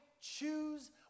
choose